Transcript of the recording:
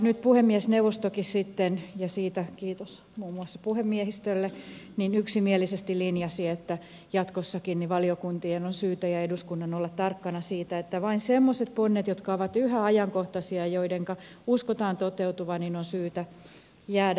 nyt puhemiesneuvostokin ja siitä kiitos muun muassa puhemiehistölle yksimielisesti linjasi että jatkossakin valiokuntien ja eduskunnan on syytä olla tarkkana siitä että vain semmoisten ponsien jotka ovat yhä ajankohtaisia ja joidenka uskotaan toteutuvan on syytä jäädä henkiin